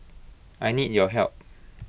I need your help